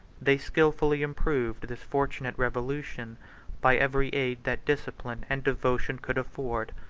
they skilfully improved this fortunate revolution by every aid that discipline and devotion could afford.